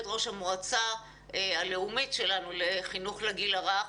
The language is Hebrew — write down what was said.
ראש המועצה הלאומית שלנו לחינוך לגיל הרך,